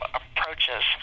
approaches